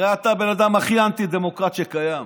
הרי אתה הבן אדם הכי אנטי-דמוקרטי שקיים.